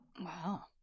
Wow